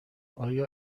آیا